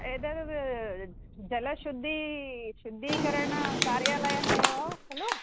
एतत् जलशुद्धिः शुद्धिकरणकार्यालयः एव खलु